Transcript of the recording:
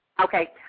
Okay